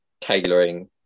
tailoring –